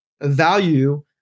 value